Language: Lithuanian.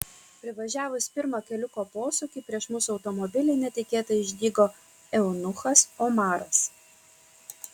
privažiavus pirmą keliuko posūkį prieš mūsų automobilį netikėtai išdygo eunuchas omaras